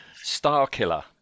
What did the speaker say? Starkiller